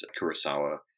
Kurosawa